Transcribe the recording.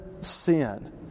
sin